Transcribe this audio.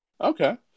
Okay